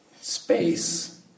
Space